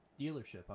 Dealership